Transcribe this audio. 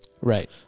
Right